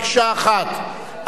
מקשה אחת,